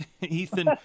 Ethan